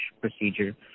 procedure